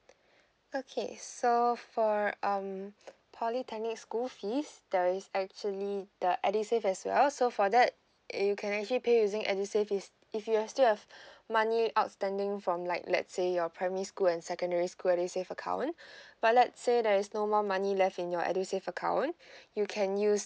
okay so for um polytechnic school fees there is actually the edusave as well so for that you can actually pay using edusave is if you are still have money outstanding from like let's say your primary school and secondary school edusave account but let's say there's no more money left in your edusave account you can use